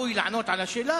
נכנס פה לפני ארבע דקות ויוצא,